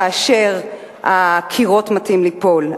כאשר הקירות מטים לנפול,